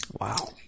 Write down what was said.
Wow